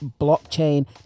blockchain